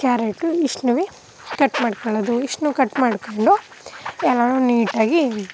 carrot ಇಷ್ಟನ್ನೂ cut ಮಾಡ್ಕೊಳ್ಳೋದು ಇಷ್ಟನ್ನು ಕಟ್ ಮಾಡಿಕೊಂಡು ಎಲ್ಲನೂ ನೀಟಾಗಿ